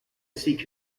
seek